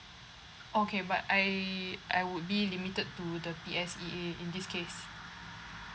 okay but I I would be limited to the P_S_E_A in this case